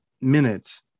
minutes